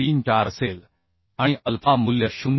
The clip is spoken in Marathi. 34 असेल आणि अल्फा मूल्य 0